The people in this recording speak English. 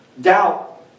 Doubt